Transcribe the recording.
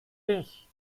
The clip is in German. dich